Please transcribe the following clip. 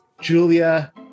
Julia